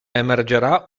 emergerà